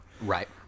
Right